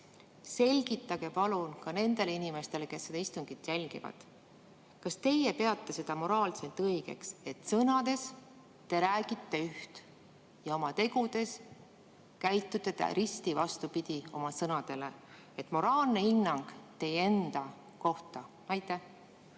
selgitage palun ka nendele inimestele, kes seda istungit jälgivad, kas teie peate seda moraalselt õigeks, et sõnades te räägite üht, aga oma tegudes käitute risti vastupidi oma sõnadele. Moraalne hinnang teie enda kohta. Ma